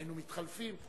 היינו מתחלפים.